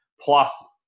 plus